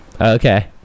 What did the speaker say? okay